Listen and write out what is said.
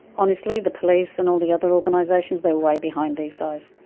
honestly the police and all the other organisations they are way behind these guys.